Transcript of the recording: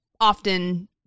often